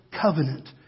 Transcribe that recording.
covenant